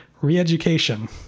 re-education